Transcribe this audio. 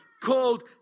called